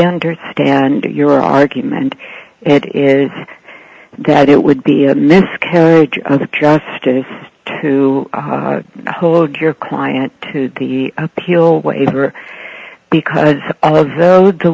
understand your argument it is that it would be a miscarriage of justice to hold your client to the appeal waiver because all of those t